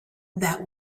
that